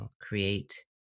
create